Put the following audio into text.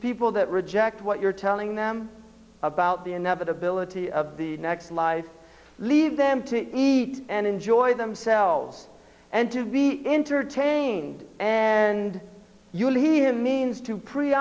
people that reject what you're telling them about the inevitability of the next life leave them to eat and enjoy themselves and to the interchange and you'll hear means to pre